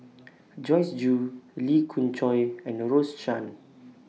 Joyce Jue Lee Khoon Choy and Rose Chan